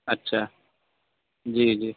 اچھا جی جی